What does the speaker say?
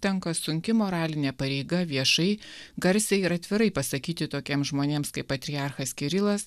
tenka sunki moralinė pareiga viešai garsiai ir atvirai pasakyti tokiems žmonėms kaip patriarchas kirilas